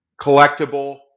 collectible